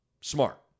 Smart